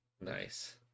Nice